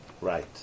Right